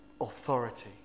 authority